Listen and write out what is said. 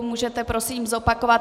Můžete prosím zopakovat?